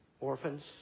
orphans